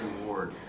reward